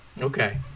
okay